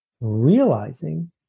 realizing